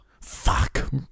Fuck